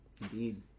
Indeed